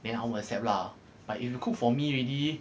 then I won't accept lah but if you cook for me already